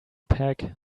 pack